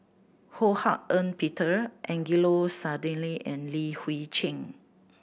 Ho Hak Ean Peter Angelo Sanelli and Li Hui Cheng